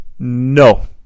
No